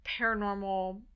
paranormal